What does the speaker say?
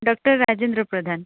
doctor Rajendra Pradhan